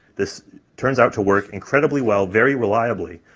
this turns out to work incredibly well very reliably,